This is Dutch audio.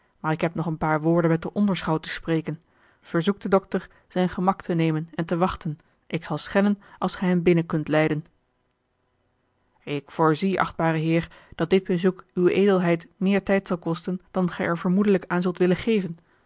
maar ik heb nog een paar woorden met den onderschout te spreken verzoek den dokter zijn gemak te nemen en te wachten ik zal schellen als gij hem binnen kunt leiden ik voorzie achtbare heer dat dit bezoek uwe edelheid meer tijd zal kosten dan gij er vermoedelijk aan zult willen geven